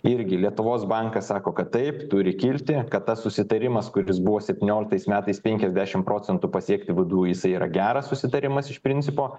irgi lietuvos bankas sako kad taip turi kilti kad tas susitarimas kuris buvo septynioliktais metais penkiasdešim procentų pasiekti vdu jisai yra geras susitarimas iš principo